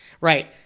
Right